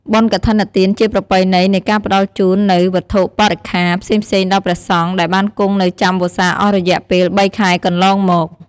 បុណ្យកឋិនទានជាប្រពៃណីនៃការផ្តល់ជូននូវវត្ថុបរិក្ចាផ្សេងៗដល់ព្រះសង្ឃដែលបានគង់នៅចាំវស្សាអស់រយៈពេលបីខែកន្លងមក។